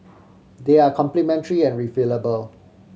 they are complementary and refillable